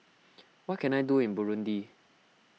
what can I do in Burundi